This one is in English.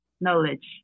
knowledge